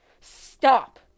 Stop